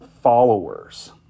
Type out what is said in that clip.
followers